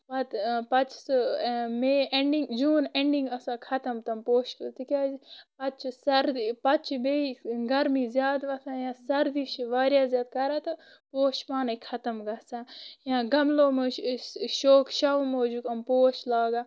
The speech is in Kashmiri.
پتہٕ پتہِ چھُ سُہ مے اینڈِنگ جوٗن اینڈِنگ آسان ختم تِم پوش کُلۍ تہِ کیازِ پتہٕ چھُ سردی پتہِ چھِ بیٚیہِ گرمی زیادٕ وۄتھان یا سردی چھِ واریاہ زیادٕ کران تہٕ پوش چھِ پانے ختِم گژھان یا گَملو منٛز چھٕ أسۍ شوق شو موٗجوٗب یِم پوش لاگان